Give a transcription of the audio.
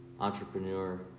entrepreneur